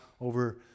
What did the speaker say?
over